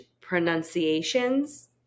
pronunciations